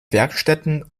werkstätten